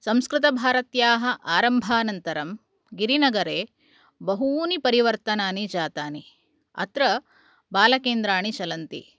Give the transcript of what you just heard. संस्कृतभारत्याः आरम्भानन्तरं गिरिनगरे बहूनि परिवर्तनानि जातानि अत्र बालकेन्द्राणि चलन्ति